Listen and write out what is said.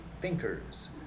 thinkers